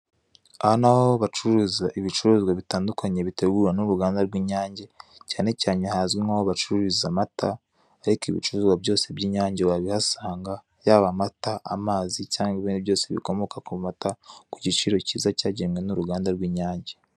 Aha ni aho bacururiza ibicuruzwa bitandukanye bitegurwa n'uruganda rw'inyange, cyane cyane hazwi nkaho hacururizwa amata, ariko ibicuruzwa byose by'inyange wabihasanga yaba amata amazi cyangwa ibindi byose bikomoka ku mata ku giciro cyiza cyagenwe n'uruganda rw'inyange.